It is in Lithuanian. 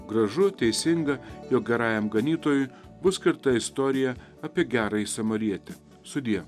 gražu teisinga jog gerajam ganytojui bus skirta istorija apie gerąjį samarietį sudie